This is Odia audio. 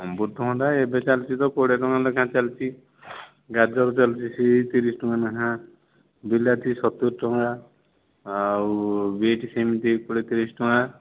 ଅମୃତଭଣ୍ଡା ଏବେ ଚାଲିଛି ତ କୋଡ଼ିଏ ଟଙ୍କା ଲେଖା ଚାଲିଛି ଗାଜର ଚାଲିଛି ସେହି ତିରିଶ ଟଙ୍କା ଲେଖା ବିଲାତି ସତୁରୀ ଟଙ୍କା ଆଉ ବିଟ୍ ସେମିତି କୋଡ଼ିଏ ତିରିଶ ଟଙ୍କା